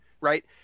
right